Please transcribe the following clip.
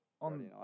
on